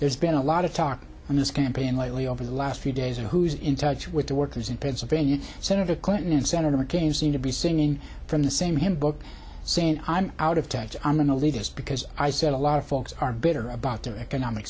there's been a lot of talk in this campaign lately over the last few days of who's in touch with the workers in pennsylvania senator clinton and senator mccain seem to be singing from the same hymn book saying i'm out of touch i'm an elitist because i said a lot of folks are bitter about their economic